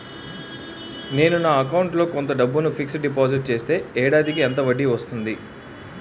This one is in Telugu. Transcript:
నేను నా అకౌంట్ లో కొంత డబ్బును ఫిక్సడ్ డెపోసిట్ చేస్తే ఏడాదికి ఎంత వడ్డీ వస్తుంది?